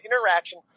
interaction